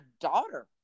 daughter